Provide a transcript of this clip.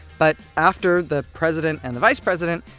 but after the president and the vice president,